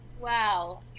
wow